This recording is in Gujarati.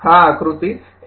આ આકૃતિ ૧